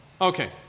Okay